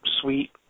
suite